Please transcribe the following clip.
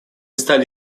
стали